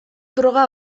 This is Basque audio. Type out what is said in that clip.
droga